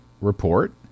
report